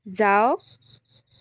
যাওক